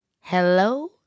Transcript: Hello